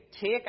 take